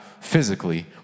physically